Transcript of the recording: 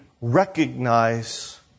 recognize